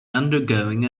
undergoing